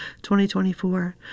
2024